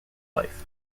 life